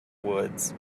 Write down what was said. woods